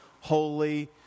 holy